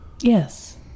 Yes